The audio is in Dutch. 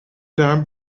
darm